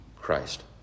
Christ